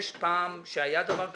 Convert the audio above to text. יש פעם שהיה דבר כזה?